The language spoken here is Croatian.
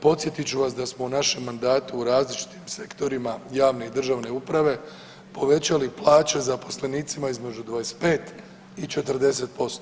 Podsjetit ću vas da smo u našem mandatu u različitim sektorima javne i državne uprave povećali plaće zaposlenicima između 25 i 40%